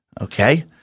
Okay